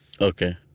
Okay